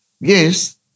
yes